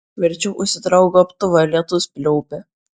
verčiau užsitrauk gobtuvą lietus pliaupia